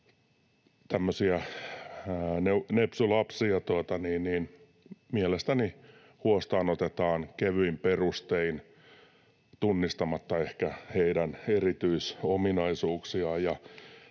nepsy-lapsia mielestäni huostaanotetaan kevyin perustein tunnistamatta ehkä heidän erityisominaisuuksiaan.